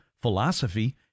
philosophy